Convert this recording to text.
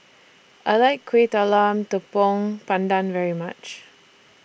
I like Kueh Talam Tepong Pandan very much